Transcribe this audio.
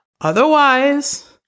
Otherwise